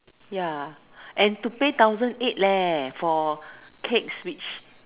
ya and to pay thousand eight leh for cakes which